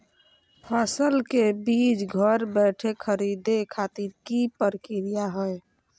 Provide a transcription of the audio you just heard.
फसल के बीज घर बैठे खरीदे खातिर की प्रक्रिया हय?